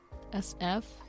sf